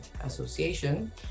association